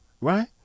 right